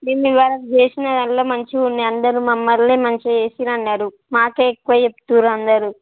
నిన్నఇచేసిన దాంట్లో మంచిగా ఉన్నాయి అందరు మమ్మల్ని మంచిగా చేసిర్రు అన్నారు మాకు ఎక్కువ చెప్తుర్రు అందరు